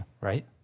Right